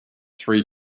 three